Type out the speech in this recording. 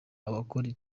abakora